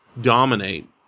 dominate